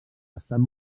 estan